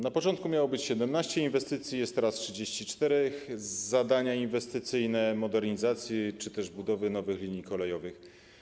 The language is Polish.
Na początku miało być 17 inwestycji, jest teraz 34, to zadania inwestycyjne, modernizacje czy też budowy nowych linii kolejowych.